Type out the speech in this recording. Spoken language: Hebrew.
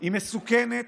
היא מסוכנת,